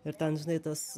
ir ten žinai tas